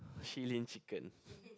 Shilin-Chicken